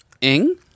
Ing